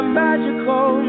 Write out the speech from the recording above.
magical